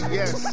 yes